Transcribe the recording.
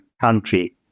country